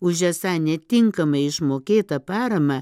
už esą netinkamai išmokėtą paramą